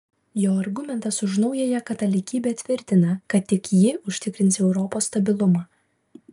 jo argumentas už naująją katalikybę tvirtina kad tik ji užtikrins europos stabilumą